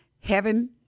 heaven